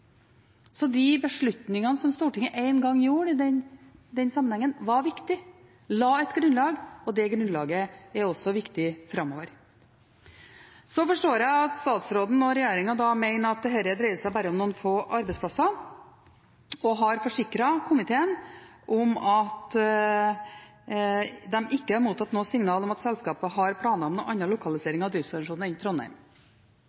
Så de beslutningene som Stortinget en gang gjorde i den sammenhengen, var viktige, de la et grunnlag, og det grunnlaget er også viktig framover. Jeg forstår at statsråden og regjeringen mener at dette dreier seg om bare noen få arbeidsplasser, og de har forsikret komiteen om at de ikke har mottatt noe signal om at selskapet har planer